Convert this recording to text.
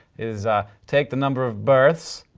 is take the number of births